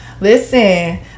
Listen